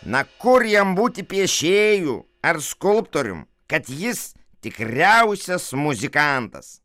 na kur jam būti piešėju ar skulptorium kad jis tikriausias muzikantas